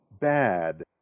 bad